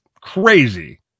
crazy